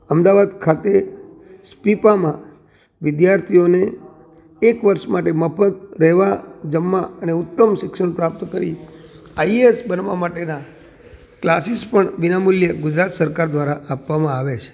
અમદાવાદ ખાતે સ્પીપામાં વિદ્યાર્થીઓને એક વર્ષ માટે મફત રહેવા જમવા અને ઉત્તમ શિક્ષણ પ્રાપ્ત કરી આઈએસ બનાવવા માટેના ક્લાસીસ પણ વિના મૂલ્ય ગુજરાત સરકાર દ્વારા આપવામાં આવે છે